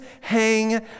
hang